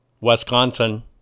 Wisconsin